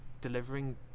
delivering